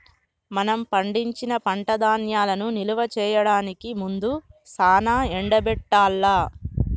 మనం పండించిన పంట ధాన్యాలను నిల్వ చేయడానికి ముందు సానా ఎండబెట్టాల్ల